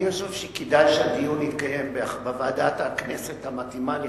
אני חושב שכדאי שהדיון יתקיים בוועדת הכנסת המתאימה לכך,